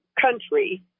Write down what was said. country